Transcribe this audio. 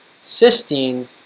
cysteine